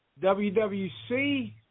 WWC